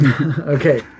Okay